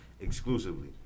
exclusively